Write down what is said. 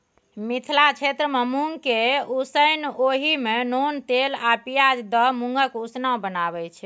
मिथिला क्षेत्रमे मुँगकेँ उसनि ओहि मे नोन तेल आ पियाज दए मुँगक उसना बनाबै छै